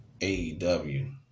AEW